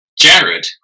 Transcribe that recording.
Jared